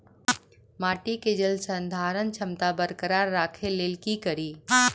माटि केँ जलसंधारण क्षमता बरकरार राखै लेल की कड़ी?